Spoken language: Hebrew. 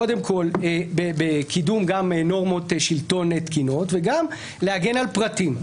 קודם כול בקידום נורמות שלטון תקינות וגם להגן על פרטים.